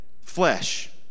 flesh